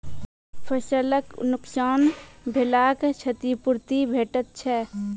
फसलक नुकसान भेलाक क्षतिपूर्ति भेटैत छै?